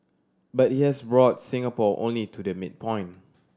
but it has brought Singapore only to the midpoint